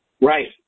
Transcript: Right